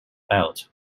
belt